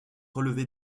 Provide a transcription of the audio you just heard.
relevé